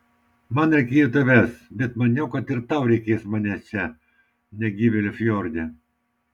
man reikėjo tavęs bet maniau kad ir tau reikės manęs čia negyvėlio fjorde